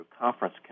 conference